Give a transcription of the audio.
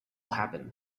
happen